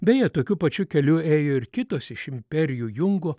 beje tokiu pačiu keliu ėjo ir kitos iš imperijų jungo